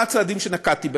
מה הצעדים שנקטתי,